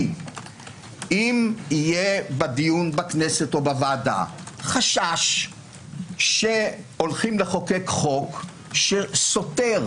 אם יהיה בדיון בכנסת או בוועדה חשש שהולכים לחוקק חוק שסותר,